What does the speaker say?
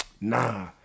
nah